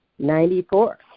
Ninety-four